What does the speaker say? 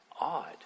odd